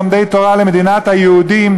של לומדי תורה למדינת היהודים,